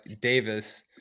Davis